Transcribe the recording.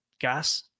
gas